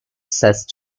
assessed